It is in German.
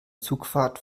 zugfahrt